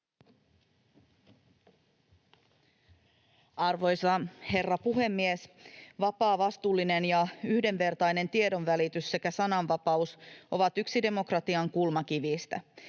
Arvoisa herra puhemies! Vapaa, vastuullinen ja yhdenvertainen tiedonvälitys sekä sananvapaus ovat yksi demokratian kulmakivistä.